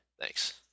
Thanks